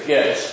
Yes